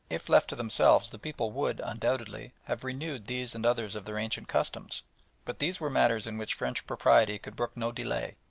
if left to themselves the people would, undoubtedly, have renewed these and others of their ancient customs but these were matters in which french propriety could brook no delay,